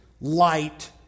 light